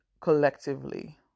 collectively